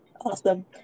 Awesome